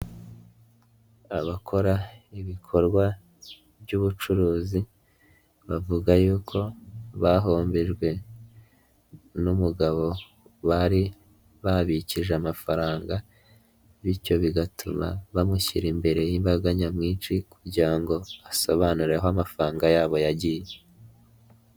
Abakora ibikorwa by'ubucuruzi, bavuga yuko bahombejwe n'umugabo bari babikije amafaranga, bityo bigatuma bamushyira imbere y'imbaga nyamwinshi kugira ngo asobanure aho amafaranga yabo yagiye.